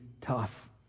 tough